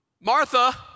Martha